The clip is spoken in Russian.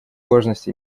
важность